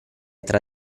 tra